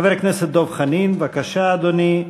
חבר הכנסת דב חנין, בבקשה, אדוני.